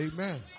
Amen